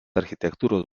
architektūros